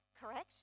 correct